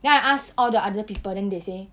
then I ask all the other people then they say